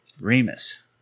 Remus